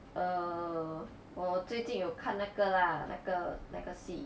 err 我最近有看那个啦那个那个戏